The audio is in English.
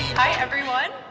hi, everyone.